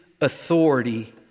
authority